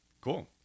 Cool